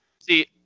See